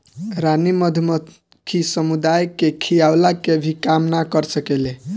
रानी मधुमक्खी समुदाय के खियवला के भी काम ना कर सकेले